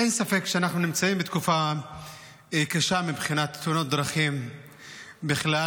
אין ספק שאנחנו נמצאים בתקופה קשה ומבחינת תאונות הדרכים בכלל.